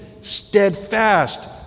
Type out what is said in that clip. steadfast